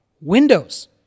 windows